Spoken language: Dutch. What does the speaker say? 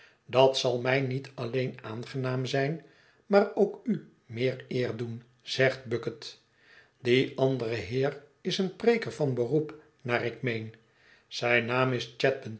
dat zal mij niet alleen aangenaam zijn maar ook u meer eer doen zegt bucket die andere heer is een preeker van beroep naar ik meen zijn naam is